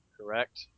correct